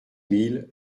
mille